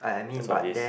that's why is